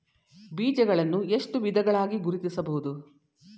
ಬೀಜಗಳನ್ನು ಎಷ್ಟು ವಿಧಗಳಾಗಿ ಗುರುತಿಸಬಹುದು?